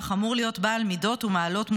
אמור להיות בעל מידות ומעלות מובהקות,